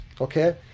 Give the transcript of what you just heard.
okay